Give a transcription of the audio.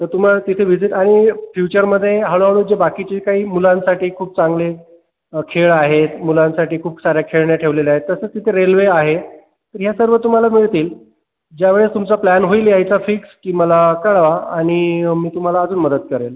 तर तुम्हाला तिथे व्हिजीट आणि फ्युचरमध्ये हळूहळू जी बाकीची जी काही मुलांसाठी खूप चांगले खेळ आहेत मुलांसाठी खूप साऱ्या खेळण्या ठेवलेल्या आहेत तसंच तिथे रेल्वे आहे या सर्व तुम्हाला मिळतील ज्यावेळेस तुमचा प्लॅन होईल यायचा फिक्स की मला कळवा आणि मी तुम्हाला अजून मदत करेन